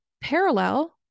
parallel